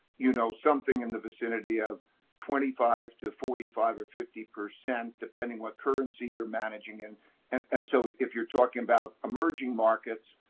you know, something in the vicinity of twenty five to forty five or fifty percent, depending what currency you're managing. and and and so if you're talking about emerging markets,